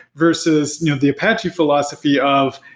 versus you know the apache philosophy of,